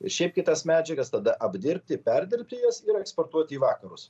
ir šiaip kitas medžiagas tada apdirbti perdirbti jas ir eksportuoti į vakarus